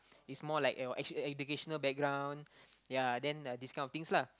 it's more like your educational educational background ya uh then this kind of things lah